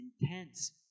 intense